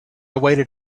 waited